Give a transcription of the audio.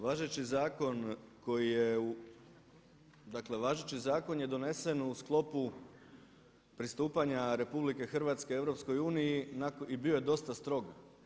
Važeći zakon koji je u, važeći zakon je donesen u sklopu pristupanja RH EU i bio je dosta strog.